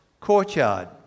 courtyard